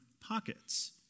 pockets